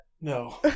No